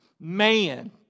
Man